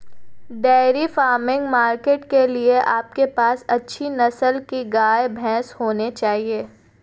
dairy farming market के लिए आपके पास अच्छी नस्ल के गाय, भैंस होने चाहिए